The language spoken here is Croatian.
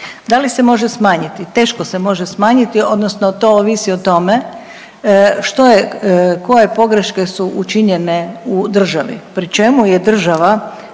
Da li se može smanjiti? Teško se može smanjiti odnosno to ovisi o tome što je koje pogreške su učinjene u državi, pri čemu je država